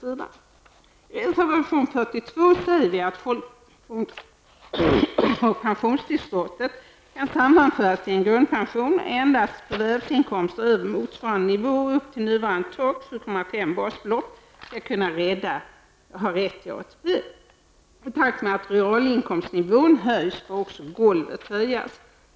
I reservation 42 skriver vi att folkpension och pensionstillskott kan sammanföras till en grundpension och att endast förvärvsinkomster över motsvarande nivå och upp till nuvarande tak, takt med att realinkomstnivån höjs bör också golvet höjas.